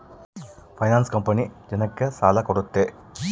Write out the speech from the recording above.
finance company ಜನಕ್ಕ ಸಾಲ ಕೊಡುತ್ತೆ